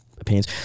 Opinions